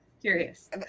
curious